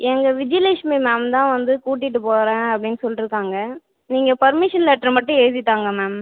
எங்கள் விஜயலெக்ஷ்மி மேம் தான் வந்து கூட்டிகிட்டு போகறேன் அப்படினு சொல்லுருக்காங்க நீங்கள் பர்மிசன் லெட்டரை மட்டும் எழுதி தாங்க மேம்